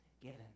given